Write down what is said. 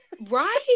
right